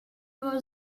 was